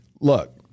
look